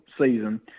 season